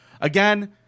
again